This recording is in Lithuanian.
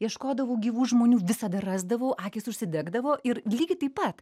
ieškodavau gyvų žmonių visada rasdavau akys užsidegdavo ir lygiai taip pat